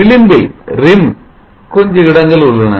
விளிம்பில் கொஞ்சம் இடங்கள் உள்ளன